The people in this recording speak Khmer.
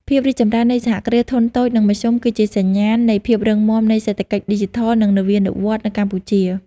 ភាពរីកចម្រើននៃសហគ្រាសធុនតូច និងមធ្យម គឺជាសញ្ញាណនៃភាពរឹងមាំនៃសេដ្ឋកិច្ចឌីជីថល និងនវានុវត្តន៍នៅកម្ពុជា។